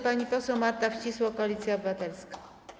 Pani poseł Marta Wcisło, Koalicja Obywatelska.